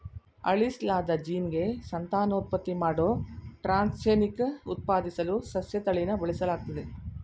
ಅಳಿಸ್ಲಾದ ಜೀನ್ಗೆ ಸಂತಾನೋತ್ಪತ್ತಿ ಮಾಡೋ ಟ್ರಾನ್ಸ್ಜೆನಿಕ್ ಉತ್ಪಾದಿಸಲು ಸಸ್ಯತಳಿನ ಬಳಸಲಾಗ್ತದೆ